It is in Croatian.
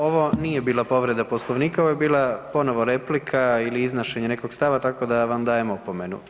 Ovo nije bila povreda Poslovnika, ovo je bila ponovo replika ili iznošenje nekog stava tako da vam dajem opomenu.